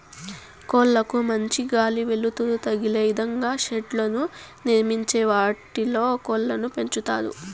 కోళ్ళ కు మంచి గాలి, వెలుతురు తదిలే ఇదంగా షెడ్లను నిర్మించి వాటిలో కోళ్ళను పెంచుతారు